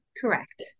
Correct